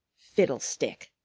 fiddlestick!